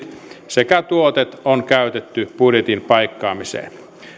sekä tuotot on käytetty budjetin paikkaamiseen